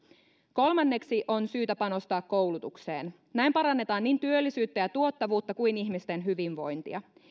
kolmanneksi on syytä panostaa koulutukseen näin parannetaan niin työllisyyttä ja tuottavuutta kuin ihmisten hyvinvointia